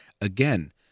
Again